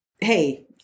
Hey